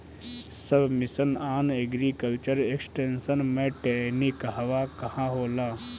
सब mission on agriculture extension मै टेरेनीं कहवा कहा होला?